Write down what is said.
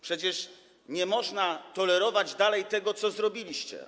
Przecież nie można tolerować dalej tego, co zrobiliście.